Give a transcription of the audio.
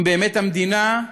אם באמת המדינה,